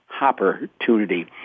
Opportunity